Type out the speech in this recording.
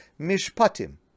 Mishpatim